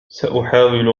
سأحاول